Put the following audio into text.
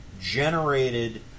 generated